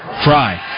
Fry